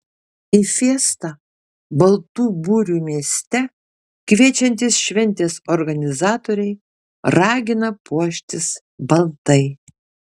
į fiestą baltų burių mieste kviečiantys šventės organizatoriai ragina puoštis baltai